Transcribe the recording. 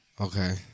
okay